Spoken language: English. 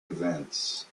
events